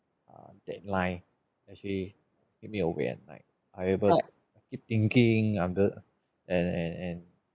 uh deadline actually keep me awake at night unable like keep thinking I'm the and and and